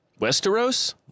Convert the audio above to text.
Westeros